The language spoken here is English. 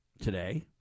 today